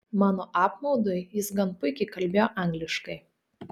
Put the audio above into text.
mano apmaudui jis gan puikiai kalbėjo angliškai